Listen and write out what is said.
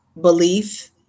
belief